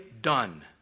done